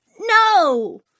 no